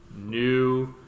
new